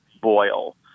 boil